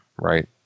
right